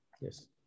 yes